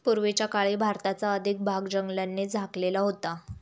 पूर्वीच्या काळी भारताचा अधिक भाग जंगलांनी झाकलेला होता